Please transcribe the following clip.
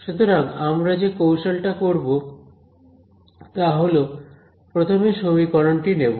সুতরাং আমরা যে কৌশলটা করব তা হল প্রথম সমীকরণটি নেব